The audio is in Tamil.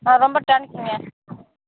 ஆ ரொம்ப தேங்க்ஸுங்க